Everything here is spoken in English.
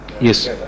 Yes